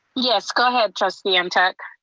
yes, go ahead trustee um ntuk.